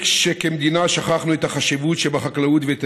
כמדינה כנראה שכחנו את החשיבות שבחקלאות ואת